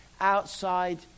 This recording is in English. outside